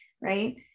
right